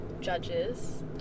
judges